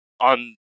on